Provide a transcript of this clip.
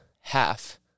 half